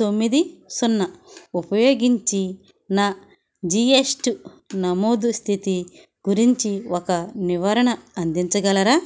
తొమ్మిది సున్నా ఉపయోగించి నా జీ ఎస్ టీ నమోదు స్థితి గురించి ఒక వివరణ అందించగలరా